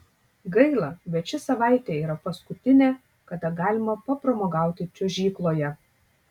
gaila bet ši savaitė yra paskutinė kada galima papramogauti čiuožykloje